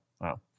wow